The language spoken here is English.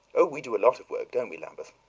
oh, we do a lot of work don't we, lambeth?